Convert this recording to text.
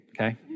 okay